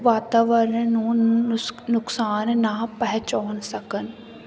ਵਾਤਾਵਰਨ ਨੂੰ ਨੁਸ਼ ਨੁਕਸਾਨ ਨਾ ਪਹਿਚੋਣ ਸਕਣ